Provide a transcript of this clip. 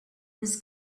was